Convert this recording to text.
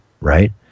right